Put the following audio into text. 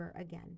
again